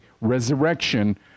resurrection